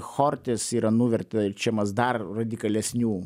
chortis yra nuvertėčiamas dar radikalesnių